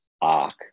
arc